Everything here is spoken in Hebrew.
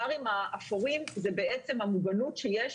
הברים האפורים שהם בעצם המוגנות שיש